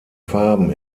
farben